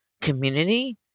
community